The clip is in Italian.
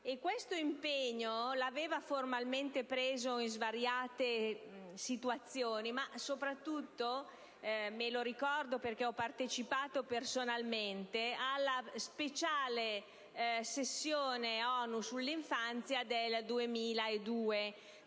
Questo impegno l'avevamo formalmente preso in svariate situazioni, e me lo ricordo perché ho partecipato personalmente alla speciale sessione ONU sull'infanzia del 2002